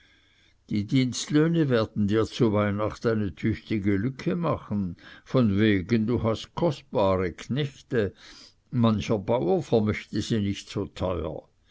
die dienstlöhne werden dir zu weihnacht eine tüchtige lücke machen von wegen du hast kostbare knechte mancher bauer vermöchte sie nicht so teuer